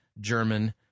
German